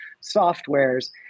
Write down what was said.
software's